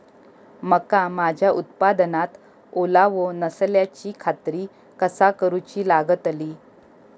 मका माझ्या उत्पादनात ओलावो नसल्याची खात्री कसा करुची लागतली?